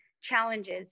challenges